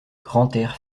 grantaire